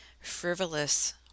frivolous